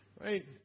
right